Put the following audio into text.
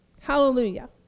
Hallelujah